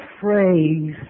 phrase